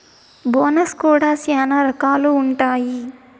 bonus కూడా శ్యానా రకాలుగా ఉంటాయి